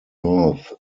north